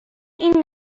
این